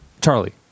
Charlie